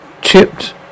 chipped